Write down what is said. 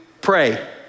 pray